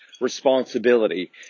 responsibility